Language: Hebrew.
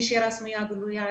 נשירה סמויה וגלויה,